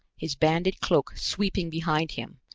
his banded cloak sweeping behind him,